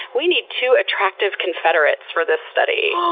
we need two attractive confederates for this study.